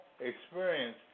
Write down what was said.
experience